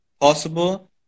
possible